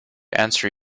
answer